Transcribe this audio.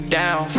down